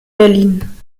berlin